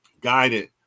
guided